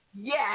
Yes